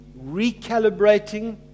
recalibrating